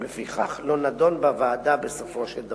ולפיכך הוא לא נדון בוועדה בסופו של דבר.